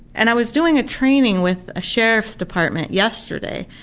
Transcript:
and i was doing a training with a sheriff's department yesterday,